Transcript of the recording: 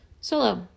Solo